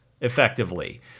effectively